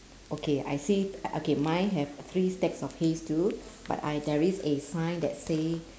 okay I see uh okay mine have three stacks of hays too but I there is a sign that say